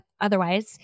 otherwise